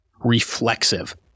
reflexive